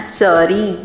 sorry